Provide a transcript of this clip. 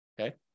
Okay